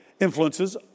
influences